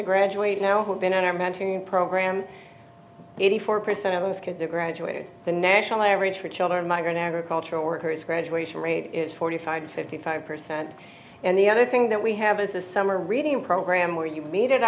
to graduate now who've been on our mentoring program eighty four percent of those kids are graduating the national average for children migrant agricultural workers graduation rate is forty five fifty five percent and the other thing that we have is a summer reading program where you meet at